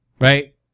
right